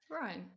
Right